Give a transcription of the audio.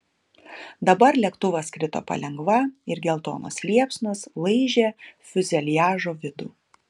dabar lėktuvas krito palengva ir geltonos liepsnos laižė fiuzeliažo vidų